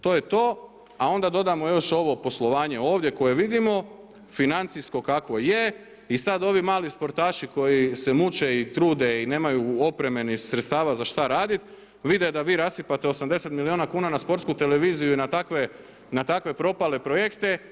To je to, a onda dodamo još poslovanje ovdje koje vidimo, financijsko kakvo je i sad ovi mali sportaši koji se muče i trude i nemaju opreme ni sredstava za šta raditi, vide da vi rasipate 80 milijuna kuna na Sportsku televiziju i na takve propale projekte.